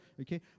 okay